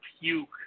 puke